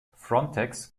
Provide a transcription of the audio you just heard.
frontex